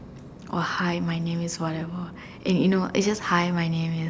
or hi my name is whatever and you know it's just hi my name is